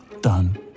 done